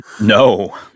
No